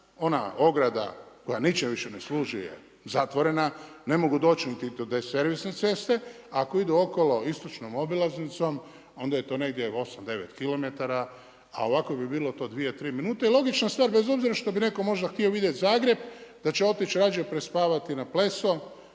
ona ograda koja ničem više ne služi je zatvorena, ne mogu doći niti do te servisne ceste, a ako idu okolo istočnom obilaznicom onda je to negdje osam, devet kilometara, a ovako bi to bilo dvije, tri minute. I logična stvar bez obzira što bi neko možda htio vidjeti Zagreb da će otići rađe prespavati na Pleso